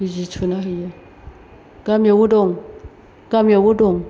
बिजि थुना होयो गामियावबो दं गामियावबो दं